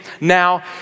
now